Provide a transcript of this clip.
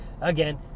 again